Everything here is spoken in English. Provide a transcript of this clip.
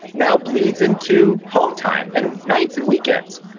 now bleeds into home time, and nights, and weekends.